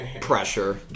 pressure